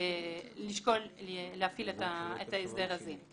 נצטרך לשקול להפעיל את ההסדר הזה.